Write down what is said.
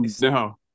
No